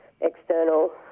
external